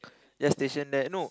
just station there no